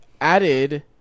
added